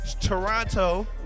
Toronto